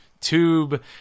tube